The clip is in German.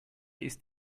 ist